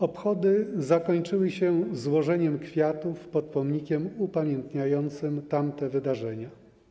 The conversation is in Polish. Obchody zakończyły się złożeniem kwiatów pod pomnikiem upamiętniającym tamte wydarzenia.